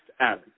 Adam